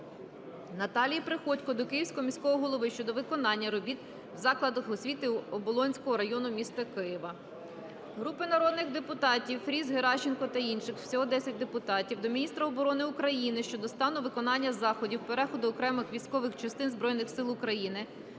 Наталії Приходько до Київського міського голови щодо виконання робіт в закладах освіти Оболонського району міста Києва. Групи народних депутатів (Фріз, Геращенко та інших. Всього 10 депутатів) до міністра оборони України щодо стану виконання заходів переходу окремих військових частин Збройних Сил України